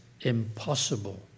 impossible